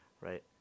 right